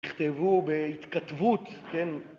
תכתבו בהתכתבות, כן.